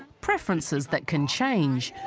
preferences that can change